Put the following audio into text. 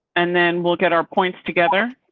and then we'll get our points together.